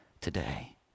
today